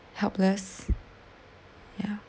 helpless ya